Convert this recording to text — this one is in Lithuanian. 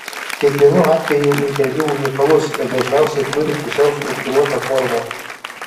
kiekvienu atveju interviu unikalus ir dažniausiai turi pusiau struktūruotą formą